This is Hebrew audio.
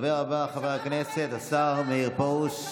הדובר הבא, חבר הכנסת השר מאיר פרוש,